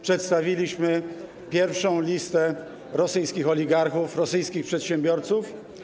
Przedstawiliśmy pierwszą listę rosyjskich oligarchów, rosyjskich przedsiębiorców.